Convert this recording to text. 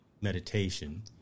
meditation